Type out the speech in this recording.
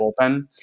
bullpen